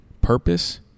purpose